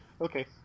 Okay